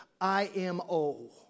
IMO